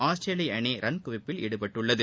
ஆஸ்திரேலிய அணிரன்குவிப்பில் ஈடுபட்டுள்ளது